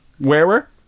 wearer